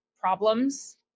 problems